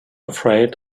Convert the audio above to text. afraid